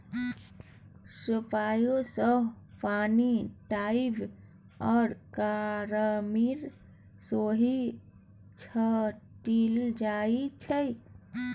sprayer सँ पानि, दबाइ आ कीरामार सेहो छीटल जाइ छै